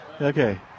Okay